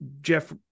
jeff